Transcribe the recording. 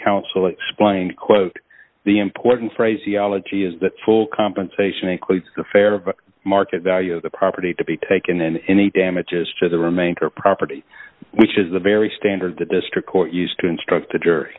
council explained quote the important phraseology is that full compensation includes the fair market value of the property to be taken in any damages to the remainder property which is the very standard the district court used to instruct